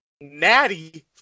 Natty